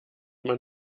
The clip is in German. man